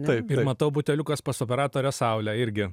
taip ir matau buteliukas pas operatorę saulę irgi